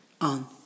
on